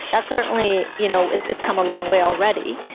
that's certainly you know it's it's come a long way already.